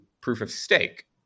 proof-of-stake